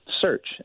search